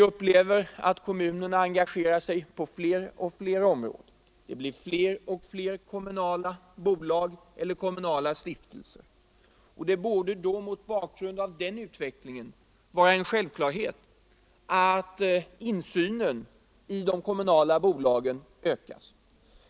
Vi upplever att kommunerna engagerar sig på skilda områden. Det blir fler och fler kommunala bolag eller kommunala stiftelser, och det borde mot bakgrund av denna utveckling vara en självklarhet att insynen i de kommunala bolagen ökas.